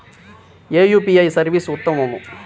ఏ UPI service ఉత్తమము?